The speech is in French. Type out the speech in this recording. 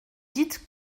dites